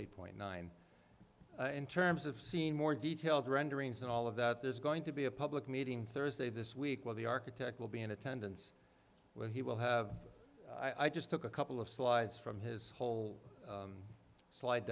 eight point nine in terms of seeing more details renderings and all of that there's going to be a public meeting thursday this week while the architect will be in attendance where he will have i just took a couple of slides from his whole slide